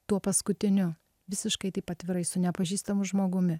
tuo paskutiniu visiškai taip atvirai su nepažįstamu žmogumi